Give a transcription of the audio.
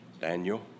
Daniel